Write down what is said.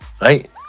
right